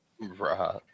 Right